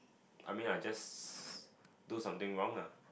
I mean I just do something wrong lah